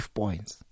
points